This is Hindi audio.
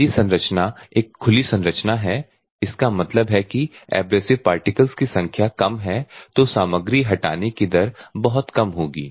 यदि संरचना एक खुली संरचना है इसका मतलब है कि एब्रेसिव पार्टिकल्स की संख्या कम है तो सामग्री हटाने की दर बहुत कम होगी